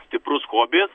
stiprus hobis